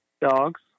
dogs